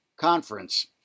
conference